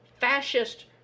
fascist